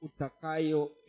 utakayo